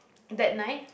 that night